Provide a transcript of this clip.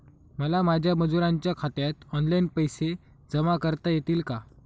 मला माझ्या मजुरांच्या खात्यात ऑनलाइन पैसे जमा करता येतील का?